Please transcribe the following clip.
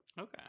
Okay